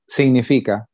significa